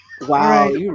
wow